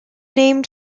named